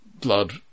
Blood